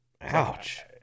Ouch